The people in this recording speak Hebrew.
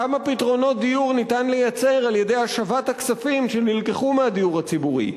כמה פתרונות דיור אפשר לייצר על-ידי השבת הכספים שנלקחו מהדיור הציבורי?